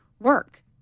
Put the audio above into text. work